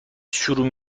شروع